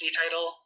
title